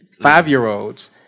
five-year-olds